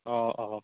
অ অ